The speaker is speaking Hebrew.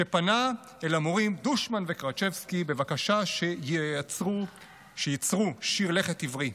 שפנה אל המורים דושמן וקרצ'בסקי בבקשה שייצרו שיר לכת עברי,